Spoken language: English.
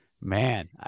man